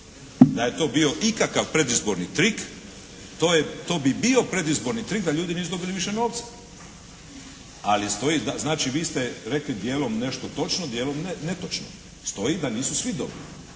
da je to bio ikakav predizborni trik. To bi bio predizborni trik da ljudi nisu dobili više novca ali stoji, znači vi ste rekli djelom nešto točno, djelom netočno. Stoji da nisu svi dobili.